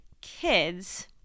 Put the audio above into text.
kids